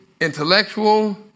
intellectual